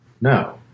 No